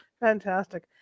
Fantastic